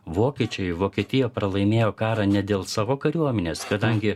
vokiečiai vokietija pralaimėjo karą ne dėl savo kariuomenės kadangi